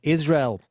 Israel